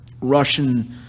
Russian